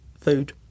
food